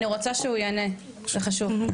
אני רוצה שהוא יענה זה חשוב.